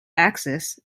axis